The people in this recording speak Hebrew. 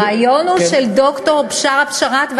הרעיון הוא של ד"ר בשארה בשאראת.